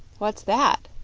what's that?